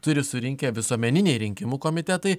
turi surinkę visuomeniniai rinkimų komitetai